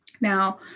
Now